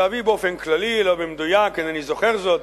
להביא באופן כללי, לא במדויק, אינני זוכר זאת,